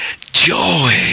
Joy